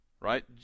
Right